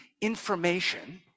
information